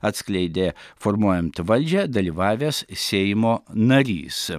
atskleidė formuojant valdžią dalyvavęs seimo narys